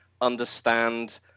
understand